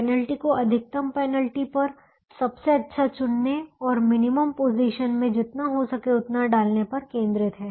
penalty और अधिकतम penalty पर सबसे अच्छा चुनने और मिनिमम पोजीशन में जितना हो सके उतना डालने पर केंद्रित है